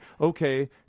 okay